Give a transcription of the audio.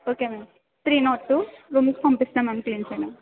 okay ma'am three nought two రూమ్కి పంపిస్తాను madam clean చెయ్యడానికి